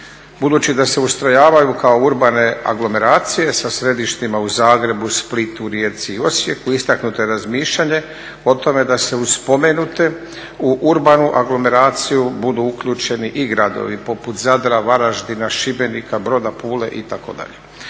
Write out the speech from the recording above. Budući da se ustrojavaju kao urbane anglomeracije sa središtima u Zagrebu, Splitu, Rijeci i Osijeku istaknuto je razmišljanje o tome da se uz spomenute u urbanu anglomeraciju budu uključeni i gradovi poput Zadra, Varaždina, Šibenika, Broda, Pule itd.